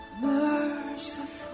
merciful